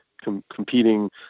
competing